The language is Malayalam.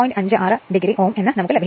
56 o ഒഹ്മ് എന്ന് നമുക്ക് ലഭിക്കുന്നു